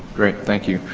great, thank you.